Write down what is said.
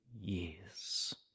years